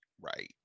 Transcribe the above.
right